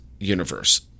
Universe